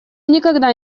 никогда